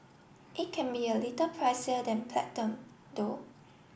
it can be a little pricier than Platinum though